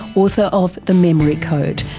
author of the memory code,